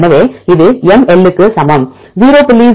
எனவே இது mI க்கு சமம் 0